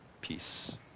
Peace